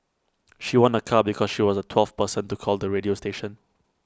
she won A car because she was the twelfth person to call the radio station